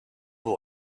vous